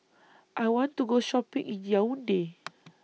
I want to Go Shopping in Yaounde